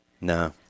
No